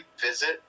visit